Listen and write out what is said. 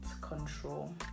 control